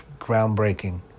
groundbreaking